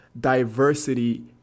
diversity